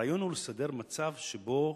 הרעיון הוא לסדר מצב שבו